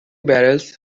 barrels